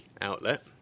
outlet